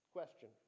Question